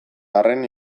arren